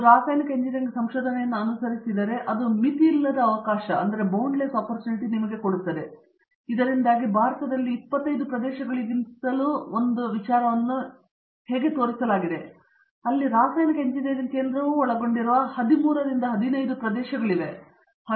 ನೀವು ರಾಸಾಯನಿಕ ಎಂಜಿನಿಯರಿಂಗ್ ಸಂಶೋಧನೆಯನ್ನು ಅನುಸರಿಸಿದರೆ ಅದು ಮಿತಿಯಿಲ್ಲದ ರೀತಿಯ ಅವಕಾಶಗಳನ್ನು ನೋಡಬಹುದು ಮತ್ತು ಇದರಿಂದಾಗಿ ಭಾರತದಲ್ಲಿ 25 ಪ್ರದೇಶಗಳಿಗಿಂತಲೂ ಒಂದು ವಿಚಾರವನ್ನು ಹೇಗೆ ತೋರಿಸಲಾಗಿದೆ ಅಲ್ಲಿ ರಾಸಾಯನಿಕ ಎಂಜಿನಿಯರಿಂಗ್ ಕೇಂದ್ರವು ಒಳಗೊಂಡಿರುವ 13 15 ಪ್ರದೇಶಗಳಿವೆ